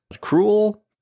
cruel